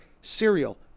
Cereal